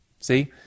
See